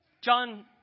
John